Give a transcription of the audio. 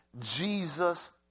jesus